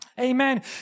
amen